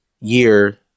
year